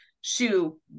shoe